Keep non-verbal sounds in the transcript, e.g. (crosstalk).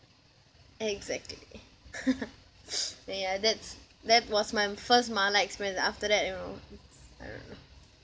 exactly (laughs) (breath) and ya that's that was my first mala experience after that you know it's I don't know